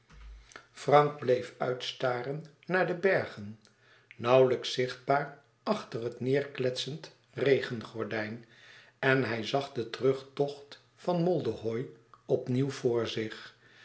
frank bleef uitstaren naar de bergen nauwlijks zichtbaar achter het neêrkletsend regengordijn en hij zag den terugtocht van moldehoï opnieuw voor zich